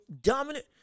dominant